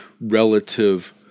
relative